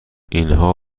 اینها